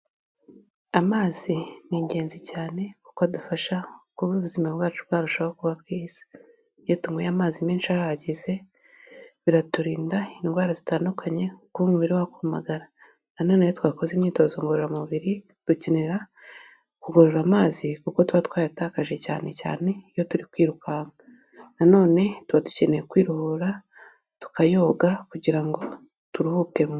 amazi ni ingenzi cyane kuko adufasha kuba ubuzima bwacu bwarushaho kuba bwiza iyo tunyweye amazi menshi ahagije biraturinda indwara zitandukanye kuko umubiri wamagara naone twakoze imyitozo ngororamubiri dukenera kugorora amazi kuko tuba twayatakaje cyane cyane iyo turi kwirukanka nano tuba dukeneye kwiruhura tukayoga kugira ngo turuhuke mu Amazing ni ingenzi cyane kuko adufasha kuba ubuzima bwacu bwarushaho kuba bwiza, iyo tunyweye amazing menshi ahagije biturinda indwara zitandukanye kuko umubiri wumagara, nanone twakoze imyitozo ngororamubiri dukenera kunywa amazing kuko tuba twatakaje cyane cyane iyo twirukanka, nanone tuba dukeneye kwiruhura tukayoga kugirango turuhuke mu mubiri.